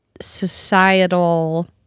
societal